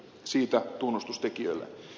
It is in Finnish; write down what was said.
siitä tunnustus tekijöille